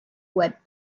web